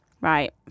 Right